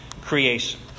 creation